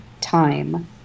time